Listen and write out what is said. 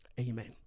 Amen